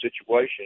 situation